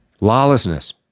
lawlessness